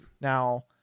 Now